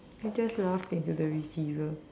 I just laughed into the receiver